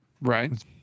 Right